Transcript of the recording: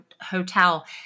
hotel